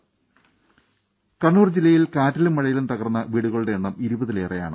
ദ്ദേ കണ്ണൂർ ജില്ലയിൽ കാറ്റിലും മഴയിലും തകർന്ന വീടുകളുടെ എണ്ണം ഇരുപതിലേറെയാണ്